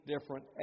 different